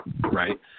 Right